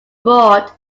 abroad